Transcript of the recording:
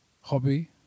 hobby